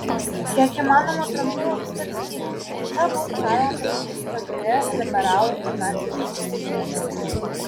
kiek įmanoma trumpiau apsvarstykime ką būtų galima pasakyti tokioje liberalų ir nacių diskusijoje